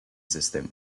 system